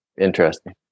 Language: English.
Interesting